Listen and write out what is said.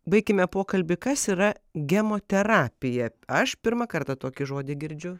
baikime pokalbį kas yra gemoterapija aš pirmą kartą tokį žodį girdžiu